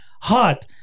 hot